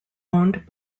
owned